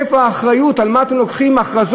איפה האחריות, על מה אתם עושים הכרזות?